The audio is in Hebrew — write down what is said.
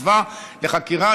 עוכבה לחקירה.